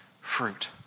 fruit